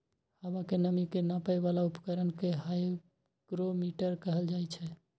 हवा के नमी के नापै बला उपकरण कें हाइग्रोमीटर कहल जाइ छै